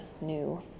new